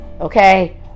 Okay